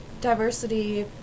Diversity